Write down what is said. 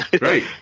Right